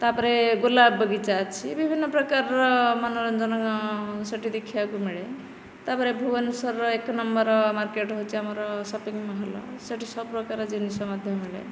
ତାପରେ ଗୋଲାପ ବଗିଚା ଅଛି ବିଭିନ୍ନ ପ୍ରକାର ମନୋରଞ୍ଜନ ସେଇଠି ଦେଖିବାକୁ ମିଳେ ତାପରେ ଭୁବନେଶ୍ୱରର ଏକ ନମ୍ବର ମାର୍କେଟ ହେଉଛି ଆମର ସପିଂ ମହଲ ସେଠି ସବୁପ୍ରକାର ଜିନିଷ ମଧ୍ୟ ମିଳେ